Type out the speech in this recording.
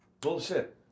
Bullshit